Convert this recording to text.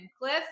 Cliff